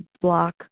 block